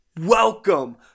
Welcome